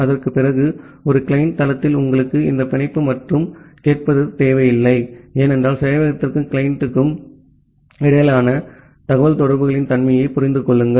அதற்குப் பிறகு ஒரு கிளையன்ட் தளத்தில் உங்களுக்கு இந்த பிணைப்பு மற்றும் கேட்பது தேவையில்லை ஏனென்றால் சேவையகத்திற்கும் கிளையனுக்கும் இடையிலான தகவல்தொடர்புகளின் தன்மையைப் புரிந்து கொள்ளுங்கள்